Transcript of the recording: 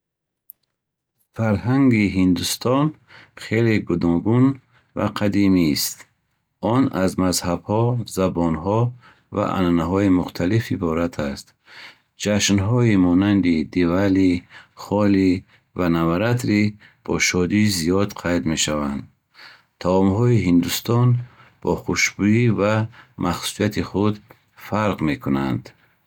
Фарҳанги Ҳиндустон хеле гуногун ва қадимист. Он аз мазҳабҳо, забонҳо ва анъанаҳои мухталиф иборат аст. Ҷашнҳои монанди Дивали, Ҳоли ва Наваратри бо шодии зиёд қайд мешаванд. Таомҳои ҳиндустонӣ бо хушбӯйӣ ва махсусияти худ фарқ